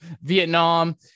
Vietnam